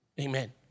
Amen